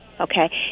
okay